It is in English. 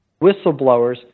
whistleblowers